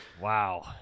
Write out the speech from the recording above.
Wow